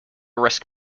risk